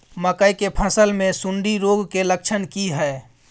मकई के फसल मे सुंडी रोग के लक्षण की हय?